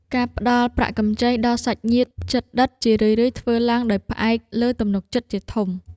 ការផ្តល់ប្រាក់កម្ចីដល់សាច់ញាតិជិតដិត ជារឿយៗធ្វើឡើងដោយផ្អែកលើទំនុកចិត្តជាធំ។